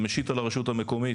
זה משית על הרשות המקומית,